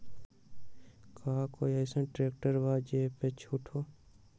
का कोइ अईसन ट्रैक्टर बा जे पर छूट हो?